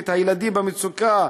את הילדים במצוקה,